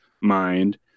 mind